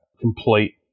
complete